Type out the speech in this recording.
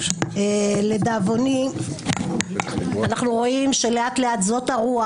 לדאבוני אנחנו רואים לאט-לאט שזאת הרוח.